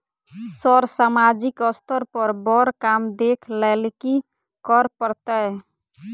Sir सामाजिक स्तर पर बर काम देख लैलकी करऽ परतै?